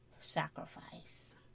sacrifice